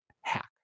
hack